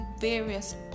various